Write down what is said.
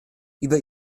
über